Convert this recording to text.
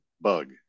bug